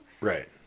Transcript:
Right